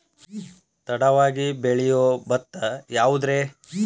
ತಡವಾಗಿ ಬೆಳಿಯೊ ಭತ್ತ ಯಾವುದ್ರೇ?